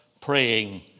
praying